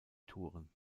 touren